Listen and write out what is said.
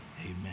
amen